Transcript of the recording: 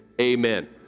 Amen